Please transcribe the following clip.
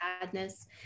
sadness